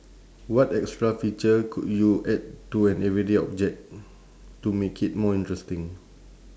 what extra feature could you add to an everyday object to make it more interesting